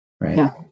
right